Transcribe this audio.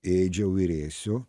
ėdžiau ir ėsiu